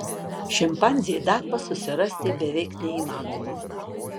šimpanzei darbą susirasti beveik neįmanoma